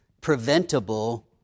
preventable